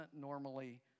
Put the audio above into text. normally